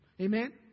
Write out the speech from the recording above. Amen